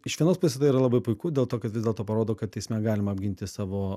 iš vienos pusės tai yra labai puiku dėl to kad vis dėlto parodo kad teisme galima apginti savo